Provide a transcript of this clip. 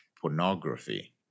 pornography